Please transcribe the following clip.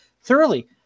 Thoroughly